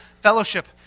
fellowship